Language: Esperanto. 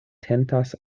tentas